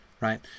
right